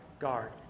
Guard